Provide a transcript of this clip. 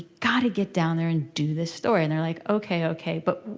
got to get down there and do this story. and they're like ok, ok, but